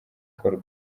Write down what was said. akorwa